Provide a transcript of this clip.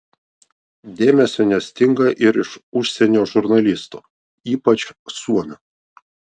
dėmesio nestinga ir iš užsienio žurnalistų ypač suomių